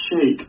shake